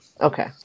Okay